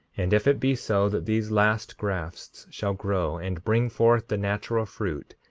and if it be so that these last grafts shall grow, and bring forth the natural fruit,